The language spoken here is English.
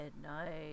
midnight